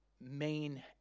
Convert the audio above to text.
main